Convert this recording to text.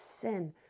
sin